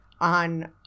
on